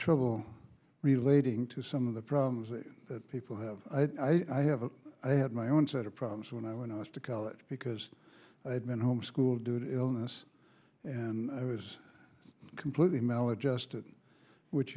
trouble relating to some of the problems that people have i have a i had my own set of problems when i when i was to college because i had been homeschooled dude illness and i was completely maladjusted which